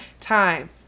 time